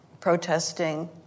protesting